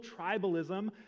tribalism